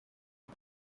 ese